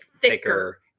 Thicker